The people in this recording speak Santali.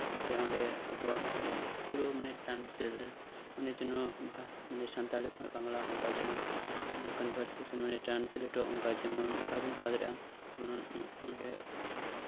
ᱥᱮ ᱚᱱᱮ ᱟᱵᱚᱱᱟᱜ ᱯᱩᱨᱟᱹ ᱢᱟᱱᱮ ᱴᱟᱨᱱᱥᱞᱮᱴ ᱚᱱᱟ ᱡᱮᱱᱚ ᱥᱟᱱᱛᱟᱞᱤ ᱠᱷᱚᱱ ᱵᱟᱝᱞᱟ ᱡᱮᱱᱚ ᱯᱟᱹᱨᱥᱤ ᱥᱟᱶ ᱚᱱᱠᱟ ᱦᱚᱵᱚᱱ ᱠᱚᱨᱟᱣ ᱫᱟᱲᱮᱭᱟᱜᱼᱟ ᱚᱸᱰᱮ